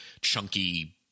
chunky